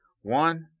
One